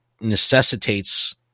necessitates